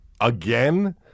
again